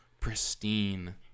pristine